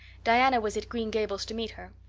diana was at green gables to meet her.